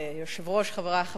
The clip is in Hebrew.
חברי חברי הכנסת,